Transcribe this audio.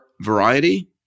variety